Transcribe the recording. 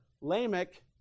Lamech